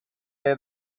day